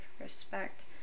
respect